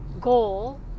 goal